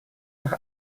nach